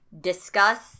discuss